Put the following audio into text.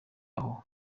aho